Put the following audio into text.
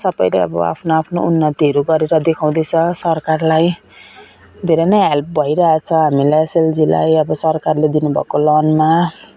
सबैले अब आफ्नो आफ्नो उन्नतिहरू गरेर देखाउँदैछ सरकारलाई धेरै नै हेल्प भइरहेछ हामीलाई एसएलजीलाई अब सरकारले दिनुभएको लोनमा